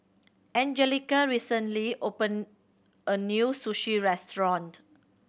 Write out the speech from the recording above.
Anjelica recently opened a new Sushi Restaurant